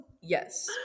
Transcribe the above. Yes